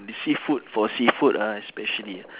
if seafood for seafood ah especially